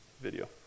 video